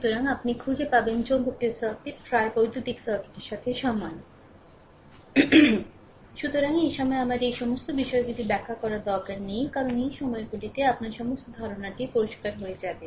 সুতরাং আপনি খুঁজে পাবেন চৌম্বকীয় সার্কিট প্রায় বৈদ্যুতিক সার্কিটের সাথে সমান সুতরাং এই সময়ে আমার এই সমস্ত বিষয়গুলি ব্যাখ্যা করার দরকার নেই কারণ সেই সময়গুলিতে আপনার সমস্ত ধারণাটি পরিষ্কার হয়ে যাবে